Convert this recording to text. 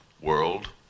world